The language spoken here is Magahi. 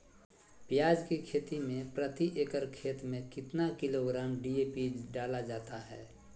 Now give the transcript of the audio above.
प्याज की खेती में प्रति एकड़ खेत में कितना किलोग्राम डी.ए.पी डाला जाता है?